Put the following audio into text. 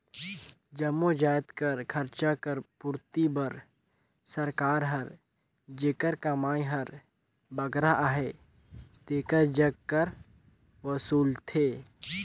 जम्मो जाएत कर खरचा कर पूरती बर सरकार हर जेकर कमई हर बगरा अहे तेकर जग कर वसूलथे